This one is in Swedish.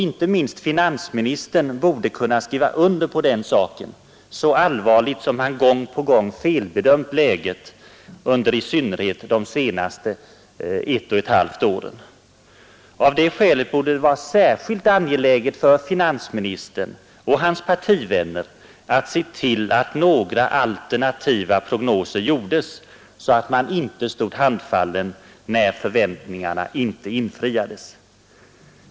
Inte minst finansministern borde kunna skriva under på den saken, så allvarligt som han gång på gång felbedömt läget under i synnerhet de senaste ett och ett halvt åren. Av det skälet borde det vara särskilt angeläget för finansministern och hans partivänner att se till att några alternativa prognoser görs, så att man inte står handfallen när förväntningarna inte infrias.